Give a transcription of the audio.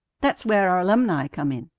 that's where our alumni come in.